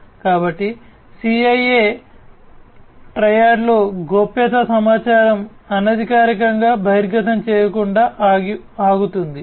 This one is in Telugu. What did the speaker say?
కాబట్టి CIA ట్రైయాడ్లో గోప్యత సమాచారం అనధికారికంగా బహిర్గతం చేయకుండా ఆగుతుంది